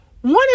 One